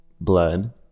blood